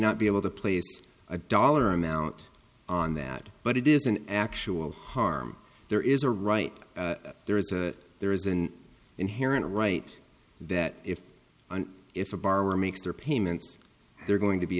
not be able to place a dollar amount on that but it is an actual harm there is a right there is a there is an inherent right that if if a borrower makes their payments they're going to be